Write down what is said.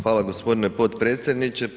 Hvala gospodine potpredsjedniče.